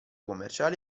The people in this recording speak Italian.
commerciale